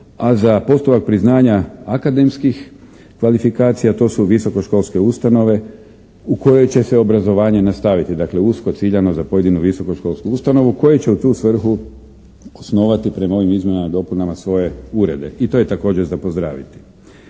a za postupak priznanja akademskih kvalifikacija to su visokoškolske ustanove u kojoj će se obrazovanje nastaviti. Dakle, usko ciljano za pojedinu visokoškolsku ustanovu koje će u tu svrhu osnovati prema ovim izmjenama, dopunama svoje urede. I to je također za pozdraviti.